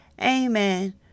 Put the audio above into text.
Amen